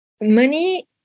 money